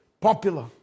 popular